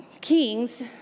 Kings